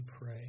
pray